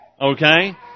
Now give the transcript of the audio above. Okay